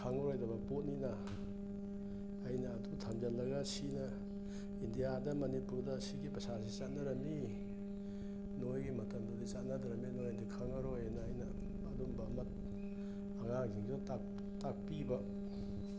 ꯈꯪꯉꯔꯣꯏꯗꯕ ꯄꯣꯠꯅꯤꯅ ꯑꯩꯅ ꯑꯗꯨ ꯊꯝꯖꯤꯜꯂꯒ ꯁꯤꯅ ꯏꯟꯗꯤꯌꯥꯗ ꯃꯅꯤꯄꯨꯔꯗ ꯁꯤꯒꯤ ꯄꯩꯁꯥꯁꯤ ꯆꯠꯅꯔꯝꯃꯤ ꯅꯣꯏꯒꯤ ꯃꯇꯝꯗꯗꯤ ꯆꯠꯅꯗ꯭ꯔꯃꯤꯅ ꯅꯣꯏꯅꯗꯤ ꯈꯪꯉꯔꯣꯏꯅ ꯑꯩꯅ ꯑꯗꯨꯝꯕ ꯑꯃ ꯑꯉꯥꯡꯁꯤꯡꯁꯤꯗ ꯇꯥꯛꯄꯤꯕ